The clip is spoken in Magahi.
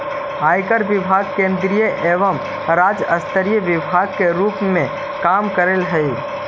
आयकर विभाग केंद्रीय एवं राज्य स्तरीय विभाग के रूप में काम करऽ हई